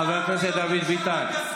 חבר הכנסת דוד ביטן.